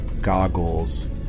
goggles